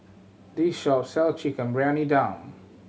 this shop sell Chicken Briyani Dum